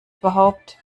überhaupt